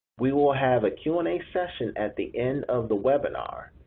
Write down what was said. we will have a q and a session at the end of the webinar.